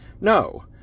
No